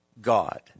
God